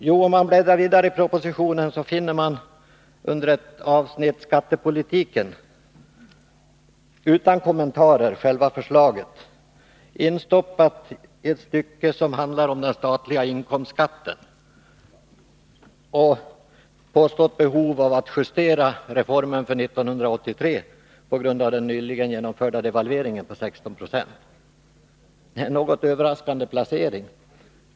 Jo, om man bläddrar vidare i propositionen finner man i avsnittet Skattepolitiken själva förslaget, utan kommentarer och instoppat i ett stycke som handlar om den statliga inkomstskatten och ett påstått behov av att justera reformen för 1983 på grund av den nyligen genomförda devalveringen på 16 70 — en något överraskande placering.